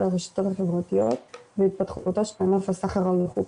הרשתות החברתיות והתפתחותו של ענף הסחר הלא חוקי.